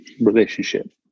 relationship